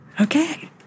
Okay